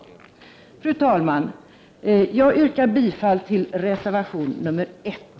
Jag yrkar bifall till reservation 1.